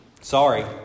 sorry